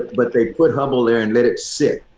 but they put hubble there and let it sit.